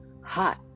hot